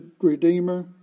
Redeemer